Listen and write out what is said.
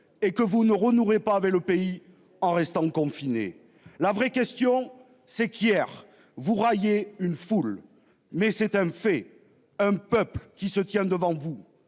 et que vous ne renouerait pas avec le pays en restant confinés. La vraie question c'est qu'hier vous railler une foule mais c'est un fait. Un peuple qui se tient devant vous